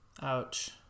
ouch